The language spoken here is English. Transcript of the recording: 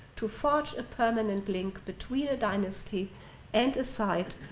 to forge a permanent link between a dynasty and a site,